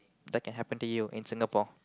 that can happen to you in Singapore